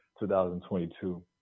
2022